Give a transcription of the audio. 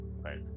right